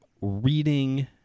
reading